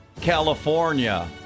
California